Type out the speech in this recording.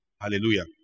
Hallelujah